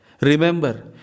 Remember